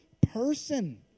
person